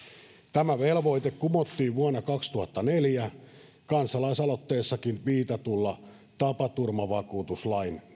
tämä velvoite kumottiin vuonna kaksituhattaneljä kansalaisaloitteessakin viitatulla tapaturmavakuutuslain